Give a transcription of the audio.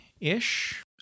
ish